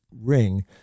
ring